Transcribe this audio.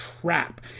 trap